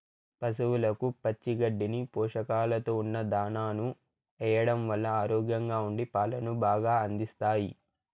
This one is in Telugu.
పసవులకు పచ్చి గడ్డిని, పోషకాలతో ఉన్న దానాను ఎయ్యడం వల్ల ఆరోగ్యంగా ఉండి పాలను బాగా అందిస్తాయి